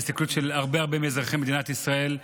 ובהסתכלות של הרבה הרבה מאזרחי מדינת ישראל,